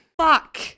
fuck